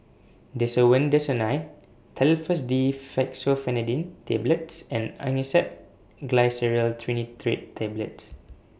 Desowen Desonide Telfast D Fexofenadine Tablets and Angised Glyceryl Trinitrate Tablets